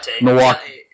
Milwaukee